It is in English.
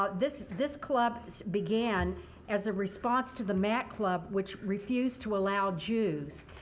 ah this this club began as a response to the mac club which refused to allow jews.